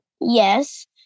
Yes